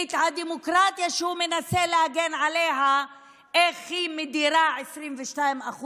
איך הדמוקרטיה שהוא מנסה להגן עליה מדירה 22%